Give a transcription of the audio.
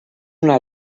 una